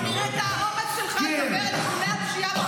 בוא נראה את האומץ שלך נגד ארגוני הפשיעה בחברה הערבית.